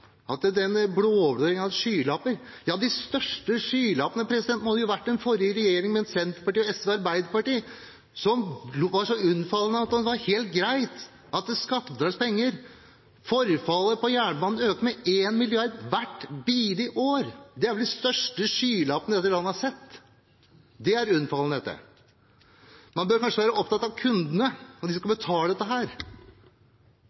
at den blå-blå regjeringen har skylapper. De største skylappene må det ha vært den forrige regjeringen med Senterpartiet, SV og Arbeiderpartiet som hadde. De var så unnfallende at det var helt greit å bruke skattebetalernes penger mens forfallet på jernbanen økte med 1 mrd. kr hvert bidige år. Det er vel de største skylappene dette landet har sett. Det er unnfallenhet, det. Man bør kanskje være opptatt av kundene og dem som skal